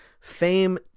Fame